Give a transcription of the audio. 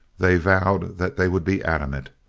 they vowed that they would be adamant.